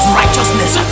righteousness